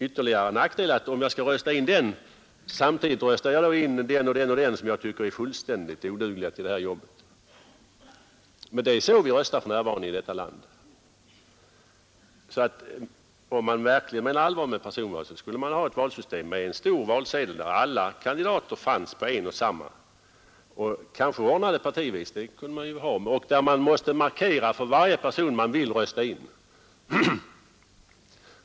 Ytterligare en nackdel är att om jag röstar på den ena så röstar jag samtidigt in flera som jag tycker är fullständigt odugliga för uppdraget. Det är så vi röstar för närvarande i detta land. Om det skall bli ett verkligt personval, skall man ha ett valsystem med alla kandidater på en och samma valsedel, kanske ordnade partivis, och där väljaren måste markera varje person som han vill rösta på.